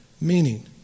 meaning